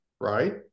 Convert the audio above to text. Right